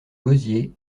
gosier